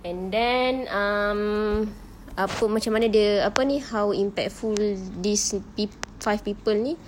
and then um apa macam mana dia apa ini how impactful these pe~ five people ini